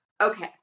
Okay